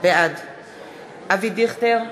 בעד אבי דיכטר,